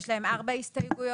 יש להם ארבע הסתייגויות.